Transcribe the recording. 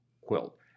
quilt